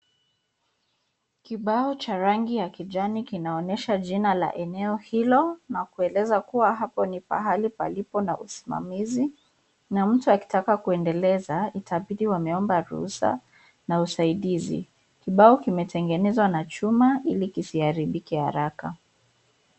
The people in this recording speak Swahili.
Kibao cha rangi ya kijani kinaonyesha jina la eneo hilo na kueleza kuwa hapo ni pahali palipo na usimamizi na mtu akitaka kuendeleza itabidi wameomba ruhusa na usaidizi. Kibao kimetengenezwa na chuma ili kisiharibike haraka.